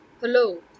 Hello